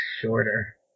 shorter